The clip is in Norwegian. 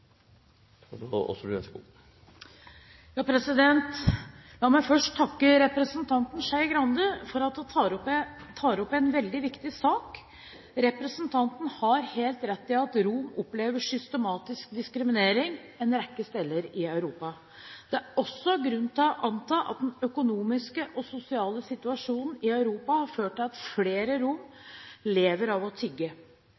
La meg først takke representanten Skei Grande for at hun tar opp en veldig viktig sak. Representanten har helt rett i at romer opplever systematisk diskriminering en rekke steder i Europa. Det er også grunn til å anta at den økonomiske og sosiale situasjonen i Europa har ført til at flere